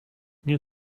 nie